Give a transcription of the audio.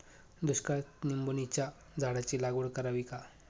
दुष्काळात निंबोणीच्या झाडाची लागवड करावी का?